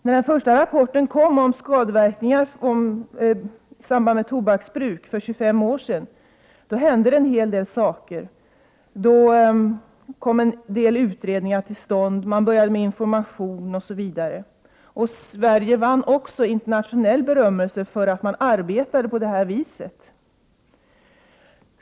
När den första rapporten kom om skadeverkningar i samband med tobaksbruk för 25 år sedan hände det en hel del. Då kom utredningar till stånd, och information gick ut, osv. Sverige vann internationell berömmelse för detta arbete.